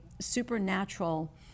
supernatural